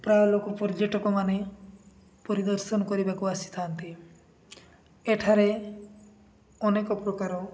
ପ୍ରାୟ ଲୋକ ପର୍ଯ୍ୟଟକ ମାନେ ପରିଦର୍ଶନ କରିବାକୁ ଆସିଥାନ୍ତି ଏଠାରେ ଅନେକ ପ୍ରକାର